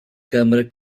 câmera